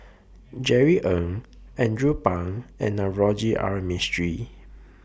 Jerry Ng Andrew Phang and Navroji R Mistri